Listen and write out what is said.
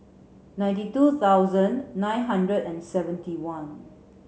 ninety two thousand nine hundred and seventy one